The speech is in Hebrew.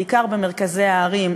בעיקר במרכזי הערים,